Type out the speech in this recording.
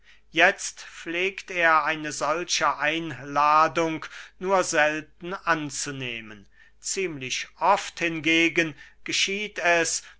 jetzt pflegt er eine solche einladung nur selten anzunehmen ziemlich oft hingegen geschieht es